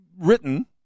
written